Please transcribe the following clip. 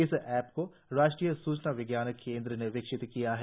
इस ऐप को राष्ट्रीय सूचना विज्ञान केन्द्र ने विकसित किया है